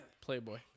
Playboy